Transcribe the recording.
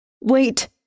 Wait